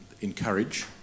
encourage